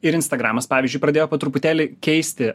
ir instagramas pavyzdžiui pradėjo po truputėlį keisti